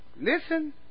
Listen